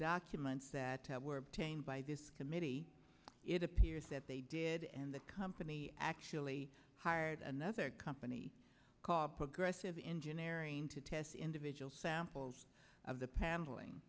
documents that were obtained by this committee it appears that they did and the company actually hired another company called progressive engineering to test individual samples of the paneling